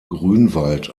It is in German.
grünwald